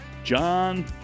John